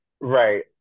right